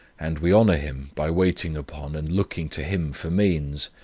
and we honour him, by waiting upon and looking to him for means,